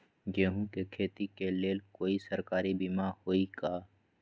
गेंहू के खेती के लेल कोइ सरकारी बीमा होईअ का?